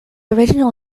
original